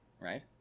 right